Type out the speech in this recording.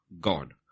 God